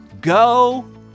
go